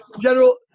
General